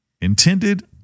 intended